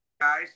guys